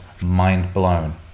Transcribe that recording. mind-blown